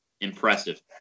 impressive